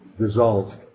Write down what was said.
dissolved